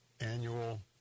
annual